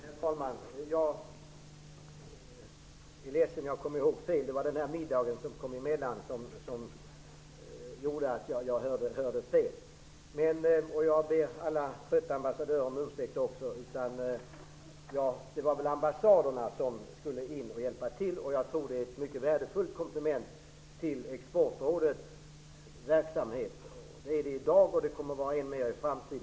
Herr talman! Jag är ledsen att jag kom ihåg fel. Det var middagen som kom emellan. Jag ber alla trötta ambassadörer om ursäkt. Det var väl ambassaderna som skulle hjälpa till. Jag tror att de är ett mycket värdefullt komplement till Exportrådets verksamhet. Det är de i dag och kommer att vara det än mer i framiden.